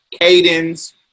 Caden's